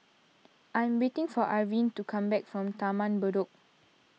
I am waiting for Arvin to come back from Taman Bedok